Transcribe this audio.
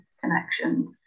connections